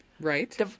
Right